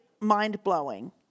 mind-blowing